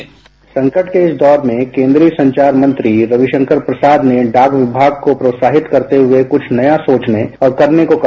bite संकट के इस दौर में केन्द्रीय संचार मंत्री रविशंकर प्रसाद ने डाक विभाग को प्रोत्साहित करते हुए कुछ नया सोचने और करने को कहा